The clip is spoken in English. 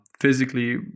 physically